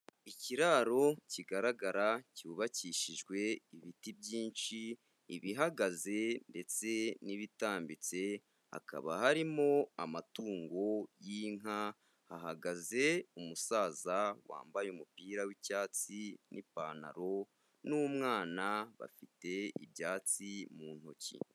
Ikiraro kigaragara cyubakishijwe ibiti byinshi ibihagaze ndetse n'ibitambitse, hakaba harimo amatungo y'inka, hahagaze umusaza wambaye umupira w'icyatsi n'ipantaro n'umwana bafite ibyatsi mu ntoki.